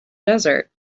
desert